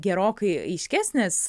gerokai aiškesnės